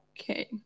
Okay